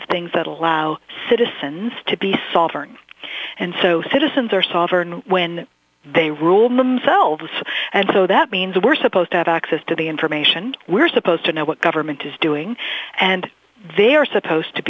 of things that allow citizens to be solvent and so citizens are software and when they rule themselves and so that means we're supposed to have access to the information we're supposed to know what government is doing and they are supposed to